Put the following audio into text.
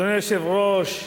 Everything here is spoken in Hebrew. אדוני היושב-ראש,